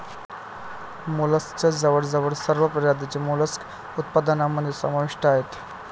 मोलस्कच्या जवळजवळ सर्व प्रजाती मोलस्क उत्पादनामध्ये समाविष्ट आहेत